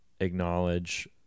acknowledge